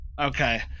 Okay